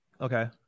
okay